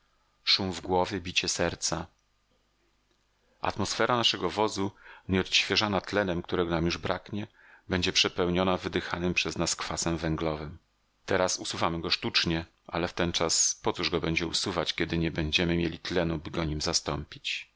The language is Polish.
szum w głowie bicie serca atmosfera naszego wozu nie odświeżana tlenem którego nam już braknie będzie przepełniona wydychanym przez nas kwasem węglowym teraz usuwamy go sztucznie ale wtenczas pocóż go będzie usuwać kiedy nie będziemy mieli tlenu aby go nim zastąpić